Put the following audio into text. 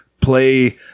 play